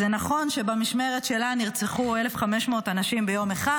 זה נכון שבמשמרת שלה נרצחו 1,500 אנשים ביום אחד